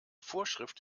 vorschrift